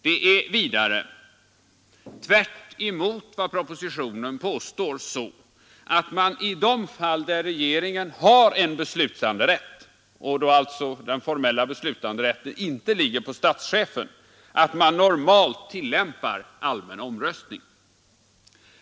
Det är vidare — tvärtemot vad propositionen påstår — så att man i de fall där regeringen har beslutanderätt, och då den formella beslutanderätten alltså inte ligger på statschefen, normalt tillämpar allmän omröstning.